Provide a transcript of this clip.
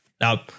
Now